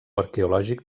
arqueològic